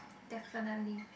definitely